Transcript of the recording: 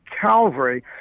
Calvary